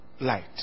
light